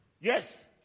Yes